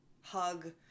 hug